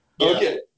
Okay